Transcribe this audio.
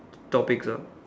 topic clear